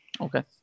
Okay